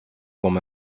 comme